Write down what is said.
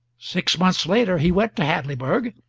six months later he went to hadleyburg,